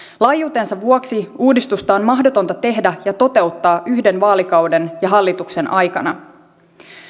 laajuutensa vuoksi uudistusta on mahdotonta tehdä ja toteuttaa yhden vaalikauden ja hallituksen aikana